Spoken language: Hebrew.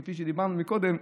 כפי שדיברנו קודם,